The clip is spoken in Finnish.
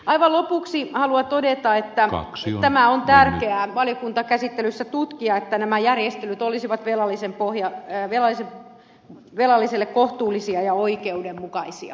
aivan lopuksi haluan todeta että on tärkeää valiokuntakäsittelyssä tutkia tätä siten että nämä järjestelyt olisivat velallisen pohja ja pelasi b velalliselle kohtuullisia ja oikeudenmukaisia